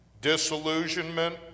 disillusionment